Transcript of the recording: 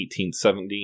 1870